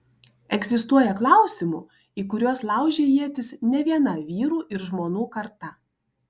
egzistuoja klausimų į kuriuos laužė ietis ne viena vyrų ir žmonų karta